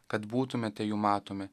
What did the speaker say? kad būtumėte jų matomi